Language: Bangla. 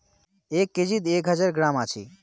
এক কেজিত এক হাজার গ্রাম আছি